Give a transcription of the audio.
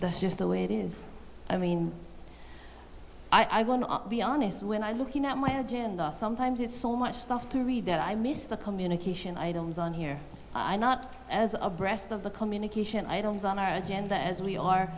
the just the way it is i mean i will not be honest when i looking at my agenda sometimes it's so much stuff to read that i miss the communication items on here i'm not as abreast of the communication items on our agenda as we are